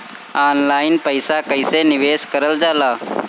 Online पईसा कईसे निवेश करल जाला?